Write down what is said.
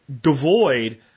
devoid